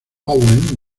owen